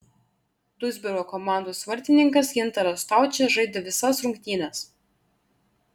duisburgo komandos vartininkas gintaras staučė žaidė visas rungtynes